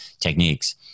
techniques